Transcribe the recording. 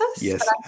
Yes